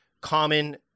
common